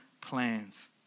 plans